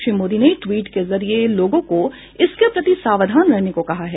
श्री मोदी ने ट्वीट के जरिए लोगों को इसके प्रति सावधान रहने को कहा है